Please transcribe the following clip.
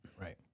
Right